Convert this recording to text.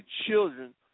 children